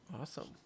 Awesome